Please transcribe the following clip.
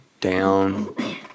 down